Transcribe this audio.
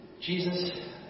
Jesus